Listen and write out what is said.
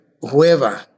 whoever